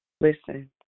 Listen